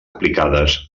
aplicades